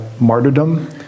martyrdom